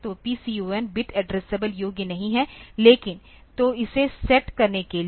तो PCON bit addressable योग्य नहीं है लेकिन तो इसे सेट करने के लिए